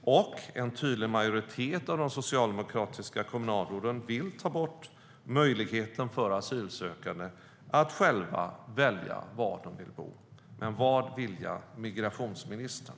En tydlig majoritet av de socialdemokratiska kommunalråden vill ta bort möjligheten för asylsökande att själva välja var de vill bo. Vad vill migrationsministern?